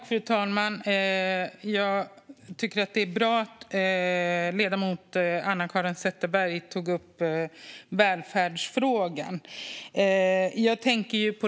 Fru talman! Det var bra att Anna-Caren Sätherberg tog upp välfärdsfrågan.